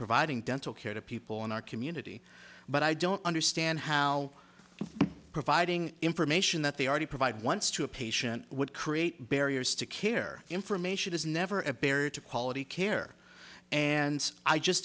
providing dental care to people in our community but i don't understand how providing information that they already provide once to a patient would create barriers to care information is never a barrier to quality care and i just